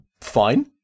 fine